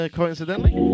coincidentally